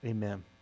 Amen